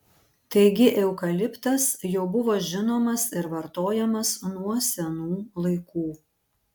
taigi eukaliptas jau buvo žinomas ir vartojamas nuo senų laikų